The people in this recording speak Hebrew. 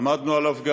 עמדנו גם עליו.